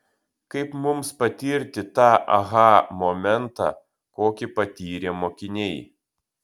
kaip mums patirti tą aha momentą kokį patyrė mokiniai